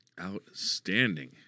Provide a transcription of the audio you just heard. Outstanding